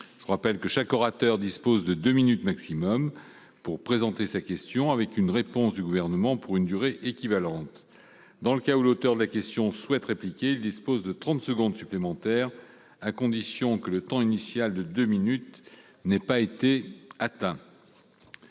Je rappelle que chaque orateur dispose de deux minutes au maximum pour présenter sa question, avec une réponse du Gouvernement pour une durée équivalente. Dans le cas où l'auteur de la question souhaite répliquer, il dispose de trente secondes supplémentaires, à la condition que le temps initial de deux minutes n'ait pas été dépassé.